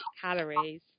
calories